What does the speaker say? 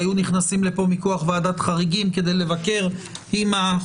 הם היו נכנסים לכאן מכוח ועדת חריגים כדי לבקר משפחה.